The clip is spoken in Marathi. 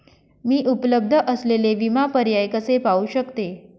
मी उपलब्ध असलेले विमा पर्याय कसे पाहू शकते?